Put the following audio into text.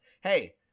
hey